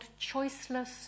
choiceless